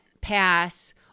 pass